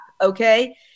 okay